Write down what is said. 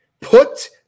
Put